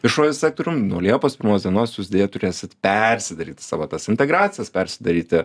viešuoju sektorium nuo liepos pirmos dienos jūs deja turėsit persidaryt savo tas integracijos persidaryti